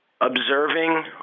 observing